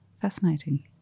fascinating